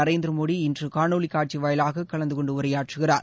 நரேந்திர மோடி இன்று காணொலிக் காட்சி வாயிலாகக் கலந்து கொண்டு உரையாற்றுகிறார்